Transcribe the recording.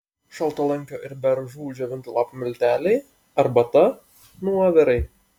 šaltalankio ir beržų džiovintų lapų milteliai arbata nuovirai